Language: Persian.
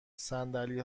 صندلی